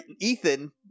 Ethan